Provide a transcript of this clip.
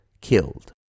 killed